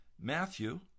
Matthew